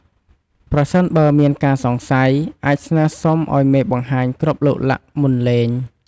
ប្រសិនបើមានការសង្ស័យ អាចស្នើសុំឱ្យមេបង្ហាញគ្រាប់ឡុកឡាក់មុនលេង។